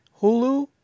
Hulu